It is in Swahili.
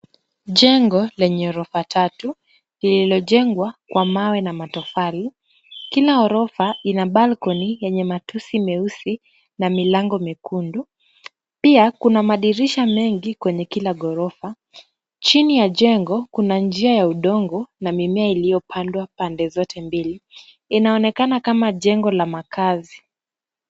Jengo lenye ghorofa tatu lililojengwa kwa mawe na matofali. Kila ghorofa ina balcony yenye matushi meusi na milango mekundu. Pia kuna madirisha mengi kwenye kila ghorofa. Chini ya jengo kuna njia ya udongo na mimea iliyopandwa pande zote mbili. Inaonekana kama jengo la makazi.